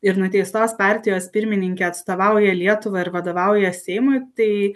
ir nuteistos partijos pirmininkė atstovauja lietuvą ir vadovauja seimui tai